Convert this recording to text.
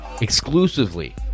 Exclusively